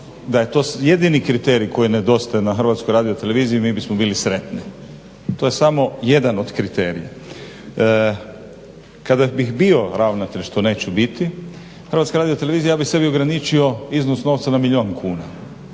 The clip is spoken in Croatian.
da je to jedini kriterij koji nedostaje na Hrvatskoj radioteleviziji mi bismo bili sretni. To je samo jedan od kriterija. Kada bih bio ravnatelj što neću biti Hrvatske radio televizije ja bih sebi ograničio iznos novca na milijun kuna.